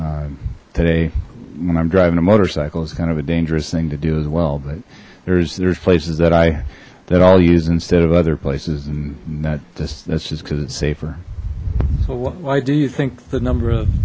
even today when i'm driving a motorcycle it's kind of a dangerous thing to do as well but there's there's places that i that all use instead of other places and that just that's just because it's safer so what why do you think the number of